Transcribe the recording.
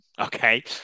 okay